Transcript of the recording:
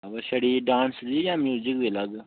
ब छड़ी डांस दी म्यूजिक बी अलग